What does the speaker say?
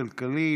הכלכלי,